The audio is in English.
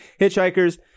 hitchhikers